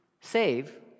save